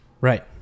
right